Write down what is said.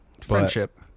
Friendship